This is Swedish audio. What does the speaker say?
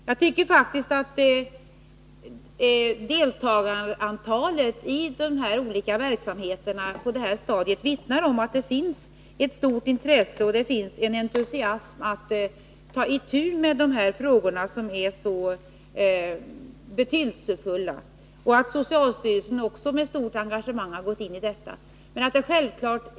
Jag tycker faktiskt att deltagarantalet i dessa olika verksamheter vittnar om att det finns intresse och entusiasm för att ta itu med dessa frågor, som är så betydelsefulla. Socialstyrelsens engagemang har också varit stort.